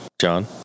John